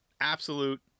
absolute